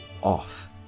off